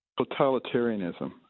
totalitarianism